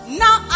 now